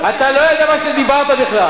אתה לא יודע מה שדיברת בכלל.